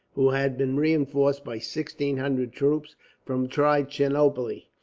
who had been reinforced by sixteen hundred troops from trichinopoli.